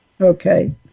Okay